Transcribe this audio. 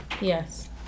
Yes